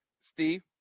Steve